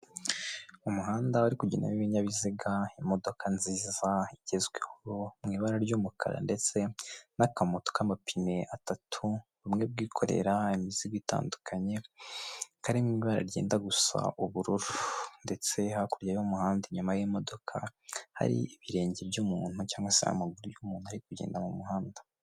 Umuhanda uri kugendamo w'ibinyabiziga, imodoka nziza igezweho mui ibara ry'umukara ndetse n'akamoto k'amapine atatu, bumwe bwikorera imizigo itandukanye, kari mu ibara ryenda gusa ubururu ndetse hakurya y'umuhanda inyuma y'imodoka, hari ibirenge by'umuntu cyangwa se amaguru y' umuntu ari kugenda mu muhanda.